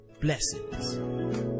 Blessings